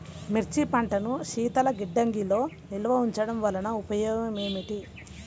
మిర్చి పంటను శీతల గిడ్డంగిలో నిల్వ ఉంచటం వలన ఉపయోగం ఏమిటి?